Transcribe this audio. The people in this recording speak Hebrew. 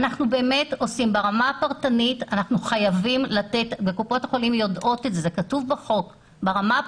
ברמה הפרטנית חייבים לתת חלופה סבירה.